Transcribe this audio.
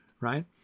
Right